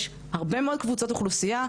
יש הרבה מאוד קבוצות אוכלוסיה,